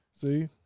See